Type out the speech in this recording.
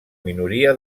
minoria